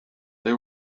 they